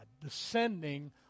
descending